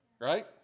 right